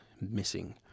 missing